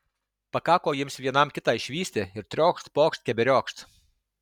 pakako jiems vienam kitą išvysti ir triokšt pokšt keberiokšt